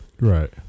Right